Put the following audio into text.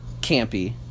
Campy